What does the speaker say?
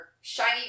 shiny